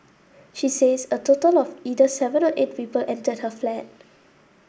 she says a total of either seven or eight people entered her flat